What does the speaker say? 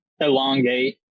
elongate